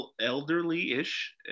elderly-ish